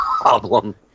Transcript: problem